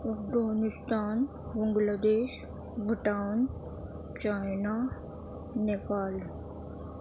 Afghanistan Bangladesh Bhutan China Nepal